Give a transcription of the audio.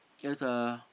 there's a